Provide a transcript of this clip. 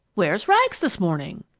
where's rags this morning?